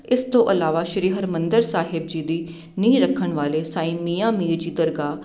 ਇਸ ਤੋਂ ਇਲਾਵਾ ਸ਼੍ਰੀ ਹਰਿਮੰਦਰ ਸਾਹਿਬ ਜੀ ਦੀ ਨੀਂਹ ਰੱਖਣ ਵਾਲੇ ਸਾਈਂ ਮੀਆਂ ਮੀਰ ਜੀ ਦਰਗਾਹ